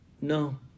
No